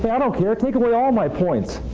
yeah don't care. take away all my points.